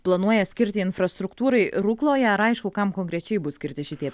planuoja skirti infrastruktūrai rukloje ar aišku kam konkrečiai bus skirti šitie